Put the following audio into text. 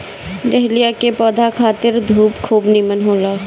dahlia के पौधा खातिर धूप खूब निमन होला